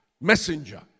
Messenger